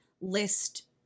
list